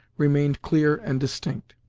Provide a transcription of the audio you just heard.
remained clear and distinct.